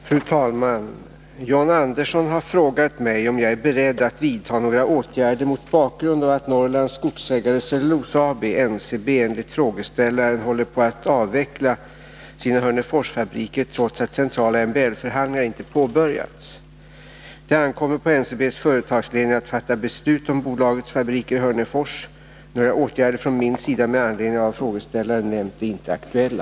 Fru talman! John Andersson har frågat mig om jag är beredd att vidta några åtgärder mot bakgrund av att Norrlands Skogsägares Cellulosa AB , enligt frågeställaren, håller på att avveckla sina Hörneforsfabriker trots att centrala MBL-förhandlingar inte påbörjats. Det ankommer på NCB:s företagsledning att fatta beslut om bolagets fabriker i Hörnefors. Några åtgärder från min sida med anledning av vad frågeställaren nämnt är inte aktuella.